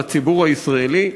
לציבור הישראלי,